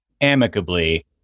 amicably